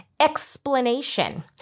explanation